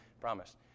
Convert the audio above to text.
Promise